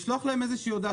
לשלוח להם איזושהי הודעה.